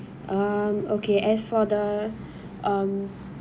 um okay as for the um